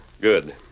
Good